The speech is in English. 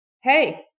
Hey